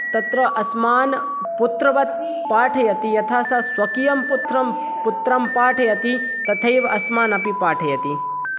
तत्र अस्मान् पुत्रवत् पाठयति यथा सः स्वकीयं पुत्रं पुत्रं पाठयति तथैव अस्मानपि पाठयति इति